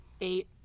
eight